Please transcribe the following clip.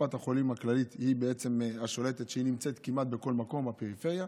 וקופת חולים הכללית היא השולטת והיא נמצאת כמעט בכל מקום בפריפריה,